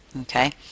okay